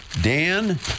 Dan